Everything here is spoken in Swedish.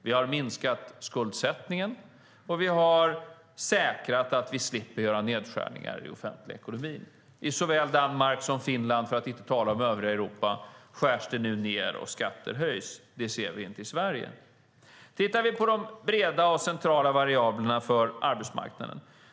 Vi har minskat skuldsättningen, och vi har säkrat att vi slipper göra nedskärningar i den offentliga ekonomin. I såväl Danmark som Finland, för att inte tala om övriga Europa, skärs det nu ned och skatter höjs. Det ser vi inte i Sverige. Låt oss titta på de breda och centrala variablerna för arbetsmarknaden.